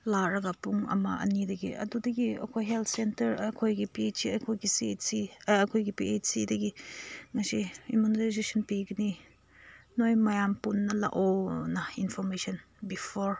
ꯂꯥꯛꯂꯒ ꯄꯨꯡ ꯑꯃ ꯑꯅꯤꯗꯒꯤ ꯑꯗꯨꯗꯒꯤ ꯑꯩꯈꯣꯏ ꯍꯦꯜ ꯁꯦꯟꯇꯔ ꯑꯩꯈꯣꯏꯒꯤ ꯄꯤ ꯑꯩꯆ ꯁꯤ ꯑꯩꯈꯣꯏꯒꯤ ꯁꯤ ꯑꯩꯆ ꯁꯤ ꯑꯩꯈꯣꯏꯒꯤ ꯄꯤ ꯑꯩꯆ ꯁꯤꯗꯒꯤ ꯉꯁꯤ ꯏꯃ꯭ꯌꯨꯅꯥꯏꯖꯦꯁꯟ ꯄꯤꯒꯅꯤ ꯅꯣꯏ ꯃꯌꯥꯝ ꯄꯨꯟꯅ ꯂꯥꯛꯑꯣꯅ ꯏꯟꯐꯣꯔꯃꯦꯁꯟ ꯕꯤꯐꯣꯔ